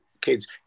kids